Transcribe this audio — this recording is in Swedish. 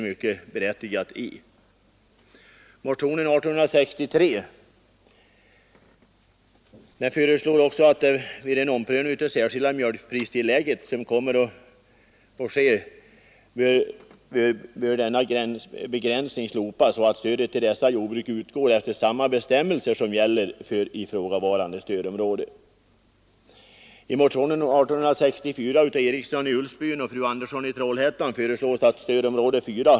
Motionen 1863 föreslår också att vid den omprövning av det särskilda mjölkpristillägget som kommer att ske begränsningen slopas och att stödet till dessa jordbruk utgår efter samma bestämmelser som gäller för ifrågavarande stödområde.